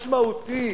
משמעותית,